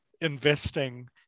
investing